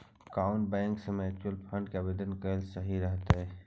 कउन बैंक से mutual fund के आवेदन कयल सही रहतई?